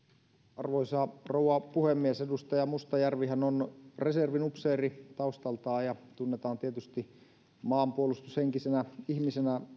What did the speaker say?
arvoisa rouva puhemies edustaja mustajärvihän on reservin upseeri taustaltaan ja hänetkin tunnetaan tietysti maanpuolustushenkisenä ihmisenä